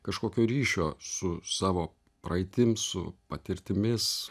kažkokio ryšio su savo praeitim su patirtimis